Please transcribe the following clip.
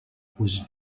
was